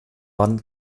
war